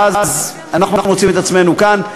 ואז אנחנו מוצאים את עצמנו כאן.